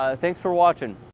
ah thanks for watching